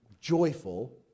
Joyful